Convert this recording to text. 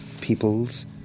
peoples